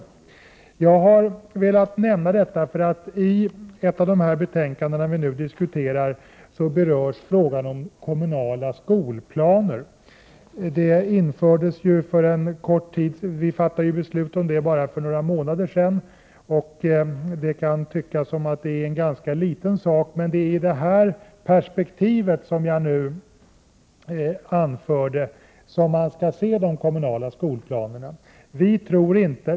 Jag har velat nämna detta därför att i ett av betänkandena vi nu diskuterar berörs frågan om kommunala skolplaner. Vi fattade beslut om det för bara några månader sedan, och det kan tyckas som att det är en ganska liten sak, men det är i det perspektiv som jag nyss nämnde som man skall se de kommunala skolplanerna.